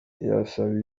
yasaba